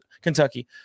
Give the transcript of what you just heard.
Kentucky